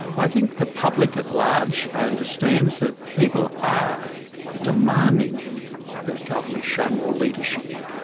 i think the public at large understands that people are demanding that governments show more leadership.